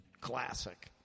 Classic